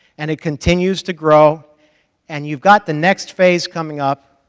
and it continues to grow and you've got the next phase coming up,